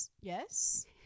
Yes